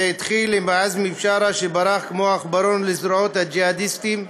זה התחיל עם עזמי בשארה שברח כמו עכברון לזרועות הג'יהאדיסטים,